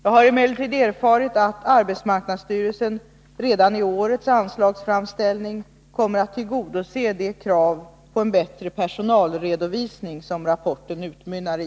Jag har emellertid erfarit att arbetsmarknadsstyrelsen redan i årets anslagsframställning kommer att tillgodose det krav på en bättre personalredovisning som rapporten utmynnar i.